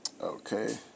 Okay